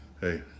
hey